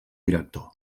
director